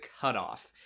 cutoff